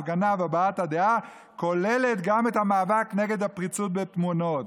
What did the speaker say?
ההפגנה והבעת הדעה כוללת גם את המאבק נגד הפריצות בתמונות.